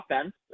offense